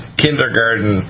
kindergarten